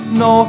no